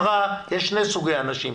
אמרה: יש שני סוגי אנשים,